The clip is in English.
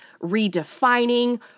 redefining